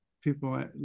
people